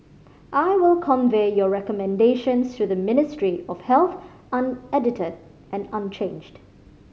I will convey your recommendations to the Ministry of Health unedited and unchanged